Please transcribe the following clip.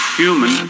human